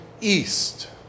east